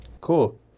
Cool